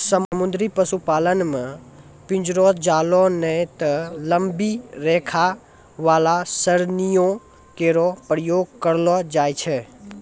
समुद्री पशुपालन म पिंजरो, जालों नै त लंबी रेखा वाला सरणियों केरो प्रयोग करलो जाय छै